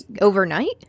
overnight